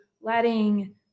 letting